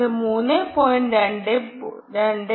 ഇത് 3